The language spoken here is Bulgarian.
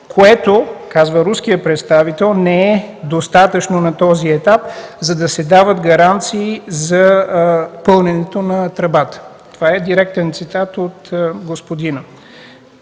което, казва руският представител, не е достатъчно на този етап, за да се дават гаранции за пълненето на тръбата. Това е директен цитат от господина.